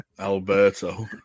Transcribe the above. Alberto